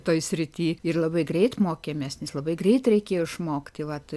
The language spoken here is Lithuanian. toj srity ir labai greit mokėmės nes labai greit reikėjo išmokti vat